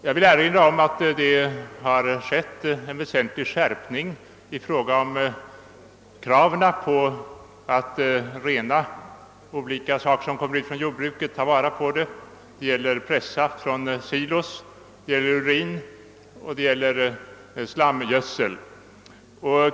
Jag vill erinra om att det skett en väsentlig skärpning i fråga om kraven på rening av utsläpp från jordbruket; det gäller pressaft från silos, urin och slamgödsel.